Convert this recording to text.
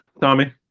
tommy